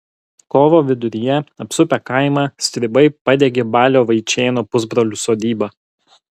kovo viduryje apsupę kaimą stribai padegė balio vaičėno pusbrolių sodybą